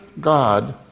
God